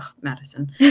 Madison